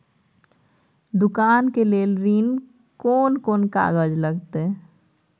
दुकान के लेल ऋण कोन कौन कागज लगतै?